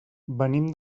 venim